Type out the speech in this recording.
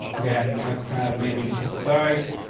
again. let's have maybe a font size.